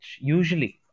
usually